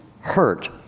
hurt